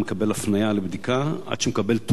הפניה לבדיקה עד שהוא מקבל תור לבדיקה.